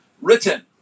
Written